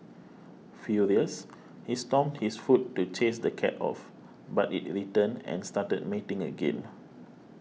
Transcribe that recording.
furious he stomped his foot to chase the cat off but it returned and started mating again